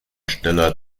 stiller